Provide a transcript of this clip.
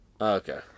Okay